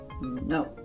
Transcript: no